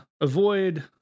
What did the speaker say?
avoid